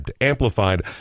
Amplified